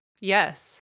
Yes